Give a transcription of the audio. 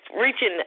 reaching